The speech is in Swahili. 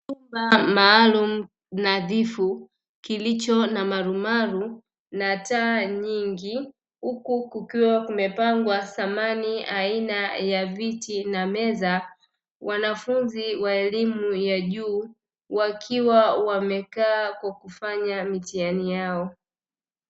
Chumba maalumu nadhifu kilicho na marumaru na taa nyingi huku kukiwa kumepangwa samani aina ya viti na meza, wanafunzi wa elimu ya juu wakiwa wamekaa kwa kufanya mitihani yao.